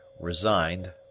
Resigned